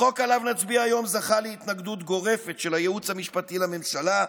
החוק שעליו נצביע היום זכה להתנגדות גורפת של הייעוץ המשפטי לממשלה,